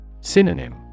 Synonym